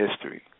history